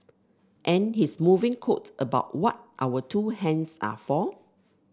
and his moving quote about what our two hands are for